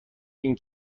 این